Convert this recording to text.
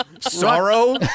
Sorrow